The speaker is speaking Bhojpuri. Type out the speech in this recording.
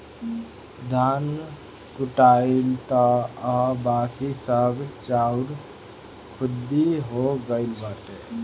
धान कुटाइल तअ हअ बाकी सब चाउर खुद्दी हो गइल बाटे